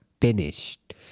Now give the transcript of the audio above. finished